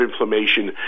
inflammation